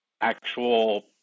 actual